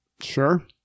Sure